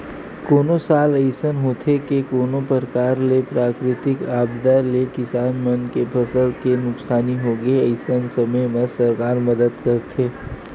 कोनो साल अइसन होथे के कोनो परकार ले प्राकृतिक आपदा ले किसान मन के फसल के नुकसानी होगे अइसन समे म सरकार मदद करथे